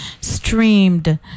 streamed